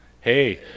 Hey